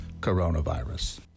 coronavirus